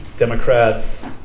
Democrats